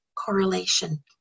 correlation